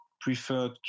preferred